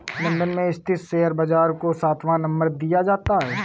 London में स्थित share बाजार को सातवां नम्बर दिया जाता है